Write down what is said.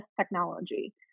technology